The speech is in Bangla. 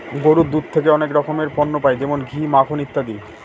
গরুর দুধ থেকে অনেক ধরনের পণ্য পাই যেমন ঘি, মাখন ইত্যাদি